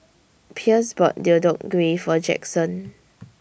Pierce bought Deodeok Gui For Jackson